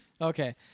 Okay